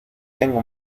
tengo